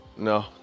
no